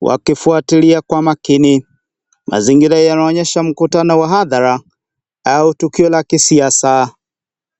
wakifuatilia kwa makini mazingira yanaonyesha mkutano wa hadhara au tukio la kisiasa.